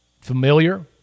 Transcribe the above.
familiar